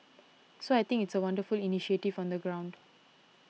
so I think it's a wonderful initiative on the ground